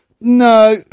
No